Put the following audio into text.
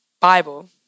Bible